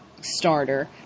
starter